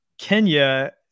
kenya